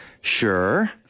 sure